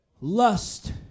Lust